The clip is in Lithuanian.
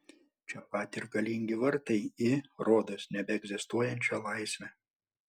čia pat ir galingi vartai į rodos nebeegzistuojančią laisvę